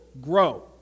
grow